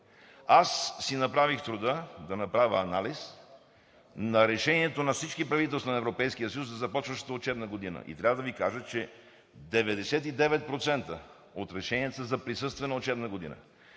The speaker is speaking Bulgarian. Направих си труда да направя анализ на решението на всички правителства на Европейския съюз за започващата учебна година и трябва да Ви кажа, че 99% от решенията са „за“ присъствена учебна година.